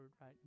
right